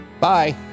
Bye